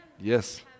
Yes